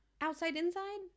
Outside-inside